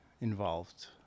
involved